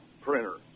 printer